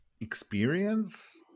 experience